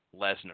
Lesnar